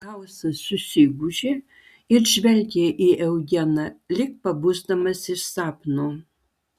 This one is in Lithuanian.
gausas susigūžė ir žvelgė į eugeną lyg pabusdamas iš sapno